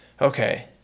Okay